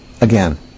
again